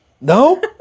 No